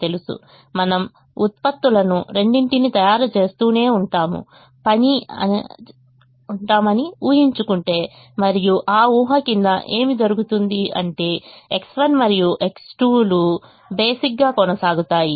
మనము ఉత్పత్తులను రెండింటినీ తయారు చేస్తూనే ఉంటాం పని అని ఊహించుకుంటే మరియు ఆ ఊహ కింద ఏమి జరుగుతుంది అంటే X1 మరియు X2 లు బేసిక్ గా కొనసాగుతాయి